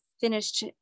finished